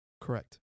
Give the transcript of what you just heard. Correct